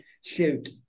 Shoot